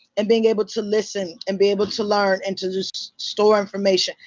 and being able to listen and be able to learn and to just store information.